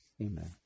Amen